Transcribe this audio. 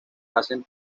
hacen